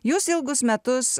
jūs ilgus metus